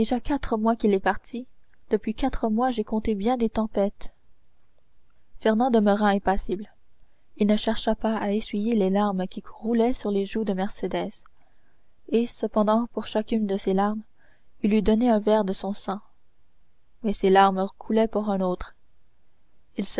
quatre mois qu'il est parti depuis quatre mois j'ai compté bien des tempêtes fernand demeura impassible il ne chercha pas à essuyer les larmes qui roulaient sur les joues de mercédès et cependant pour chacune de ces larmes il eût donné un verre de son sang mais ces larmes coulaient pour un autre